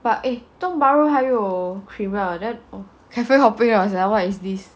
but eh tiong bahru 还有 Creamier then oh cafe hopping liao sia what is this